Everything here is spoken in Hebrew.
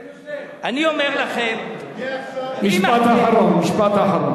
אני אומר לכם, משפט אחרון, משפט אחרון.